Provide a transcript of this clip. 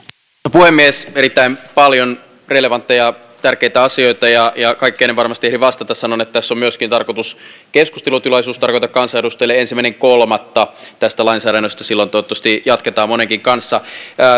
puhemies erittäin paljon relevantteja tärkeitä asioita ja ja kaikkeen en varmasti ehdi vastata sanon että tässä on myöskin tarkoitus keskustelutilaisuus tarjota kansanedustajille ensimmäinen kolmatta tästä lainsäädännöstä silloin toivottavasti jatketaan monenkin kanssa